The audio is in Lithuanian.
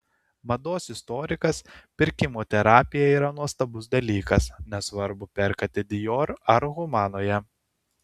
mados istorikas pirkimo terapija yra nuostabus dalykas nesvarbu perkate dior ar humanoje